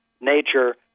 nature